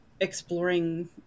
exploring